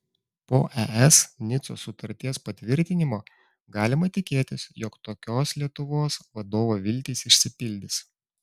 po es nicos sutarties patvirtinimo galima tikėtis jog tokios lietuvos vadovo viltys išsipildys